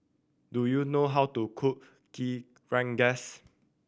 do you know how to cook kee rengas